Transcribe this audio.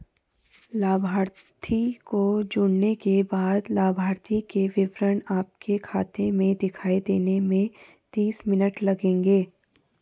लाभार्थी को जोड़ने के बाद लाभार्थी के विवरण आपके खाते में दिखाई देने में तीस मिनट लगेंगे